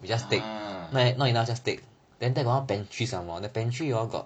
!huh!